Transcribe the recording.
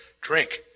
Drink